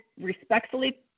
respectfully